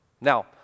Now